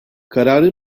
kararı